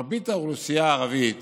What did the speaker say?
מרבית האוכלוסייה הערבית